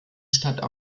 stadt